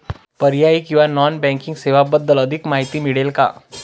पर्यायी किंवा non banking सेवांबद्दल अधिक माहिती मिळेल का?